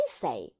say